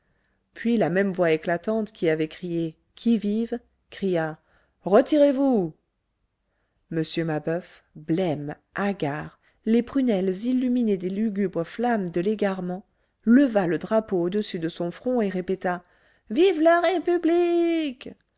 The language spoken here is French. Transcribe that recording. puis la même voix éclatante qui avait crié qui vive cria retirez-vous m mabeuf blême hagard les prunelles illuminées des lugubres flammes de l'égarement leva le drapeau au-dessus de son front et répéta vive la république